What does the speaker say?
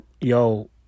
yo